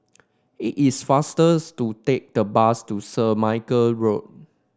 it is faster to take the bus to St Michael Road